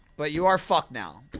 but you are fucked now